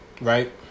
right